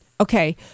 okay